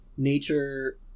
nature